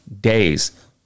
days